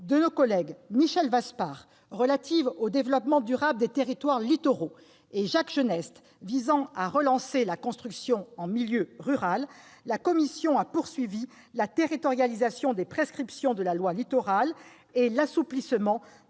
de loi de Michel Vaspart relative au développement durable des territoires littoraux et de celle de Jacques Genest visant à relancer la construction en milieu rural, la commission a poursuivi la territorialisation des prescriptions de la loi Littoral et l'assouplissement de la